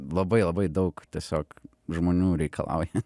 labai labai daug tiesiog žmonių reikalauja